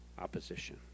opposition